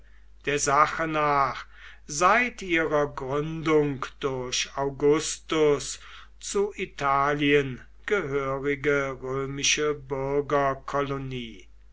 der sache nach seit ihrer gründung durch augustus zu italien gehörige römische bürgerkolonie